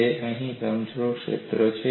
તે અહીં લંબચોરસ ક્ષેત્ર છે